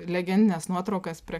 legendines nuotraukas prie